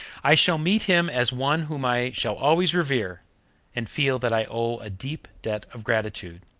i shall meet him as one whom i shall always revere and feel that i owe a deep debt of gratitude.